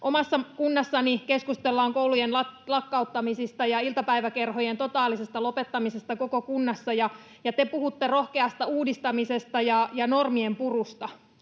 Omassa kunnassani keskustellaan koulujen lakkauttamisista ja iltapäiväkerhojen totaalisesta lopettamisesta koko kunnassa, ja te puhutte rohkeasta uudistamisesta ja normien purusta.